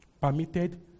permitted